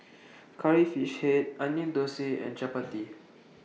Curry Fish Head Onion Thosai and Chappati